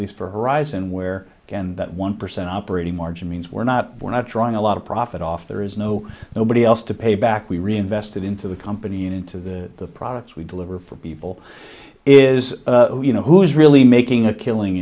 least for horizon where can that one percent operating margin means we're not we're not drawing a lot of profit off there is no nobody else to pay back we reinvested into the company and into the products we deliver for people is you know who's really making a killing